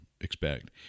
Expect